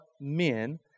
men